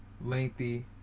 lengthy